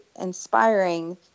inspiring